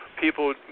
people